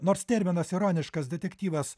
nors terminas ironiškas detektyvas